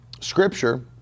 scripture